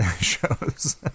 shows